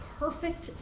perfect